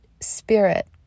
spirit